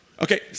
Okay